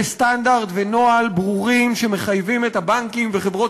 וסטנדרט ונוהל ברורים שמחייבים את הבנקים וחברות